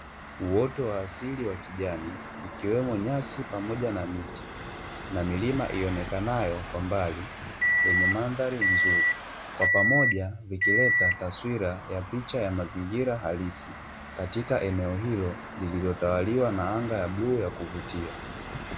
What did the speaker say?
Uoto wa asili wa kijani, ikiwemo nyasi pamoja na miti, na milima ionekanayo kwa mbali; yenye mandhari nzuri, kwa pamoja vikileta taswira ya picha ya mazingira halisi, katika eneo hilo lililotawaliwa na anga ya bluu ya kuvutia.